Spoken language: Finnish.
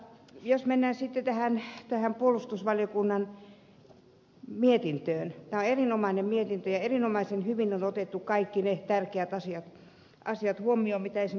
jos mennään sitten tähän puolustusvaliokunnan mietintöön tämä on erinomainen mietintö ja erinomaisen hyvin on otettu huomioon kaikki ne tärkeät asiat mistä esimerkiksi perustuslakivaliokunta huomautti